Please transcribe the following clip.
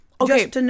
okay